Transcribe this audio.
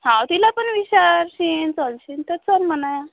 हाव तिला पण विचारशीन चलशीन तर चल म्हणा